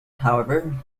however